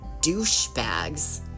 douchebags